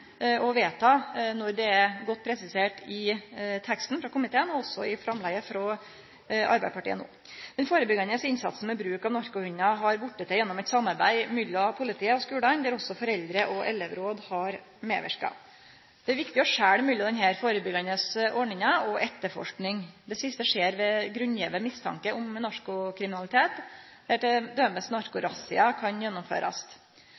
å vedta, når det er godt presisert i teksten frå komiteen – og også i framlegget teke opp av Arbeidarpartiet. Den førebyggjande innsatsen med bruk av narkohundar har vorte til gjennom eit samarbeid mellom politiet og skulane, der også foreldre og elevråd har medverka. Det er viktig å skilje mellom denne førebyggjande ordninga og etterforsking. Det siste skjer ved ein grunngjeven mistanke om narkokriminalitet, der t.d. narkorazziaer kan gjennomførast.